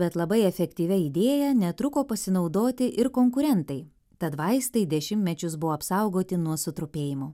bet labai efektyvia idėja netruko pasinaudoti ir konkurentai tad vaistai dešimtmečius buvo apsaugoti nuo sutrupėjimo